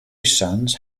sons